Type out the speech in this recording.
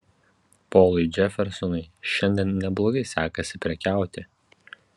polui džefersonui šiandien neblogai sekasi prekiauti